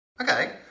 okay